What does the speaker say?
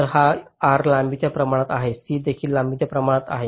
तर हा R लांबीच्या प्रमाणात आहे C देखील लांबीच्या प्रमाणात आहे